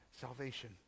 salvation